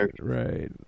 Right